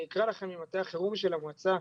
אני אקרא לכם ממטה החירום של המועצה,